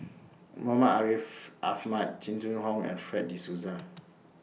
Muhammad Ariff Ahmad Jing Jun Hong and Fred De Souza